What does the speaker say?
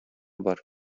бар